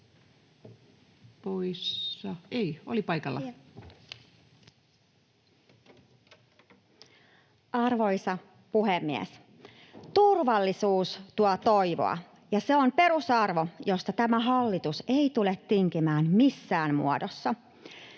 Arvoisa puhemies! Turvallisuus tuo toivoa, ja se on perusarvo, josta tämä hallitus ei tule tinkimään missään muodossa.